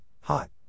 hot